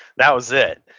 that was it.